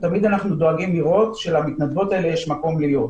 תמיד אנחנו דואגים לראות שלמתנדבות האלה יש מקום להיות.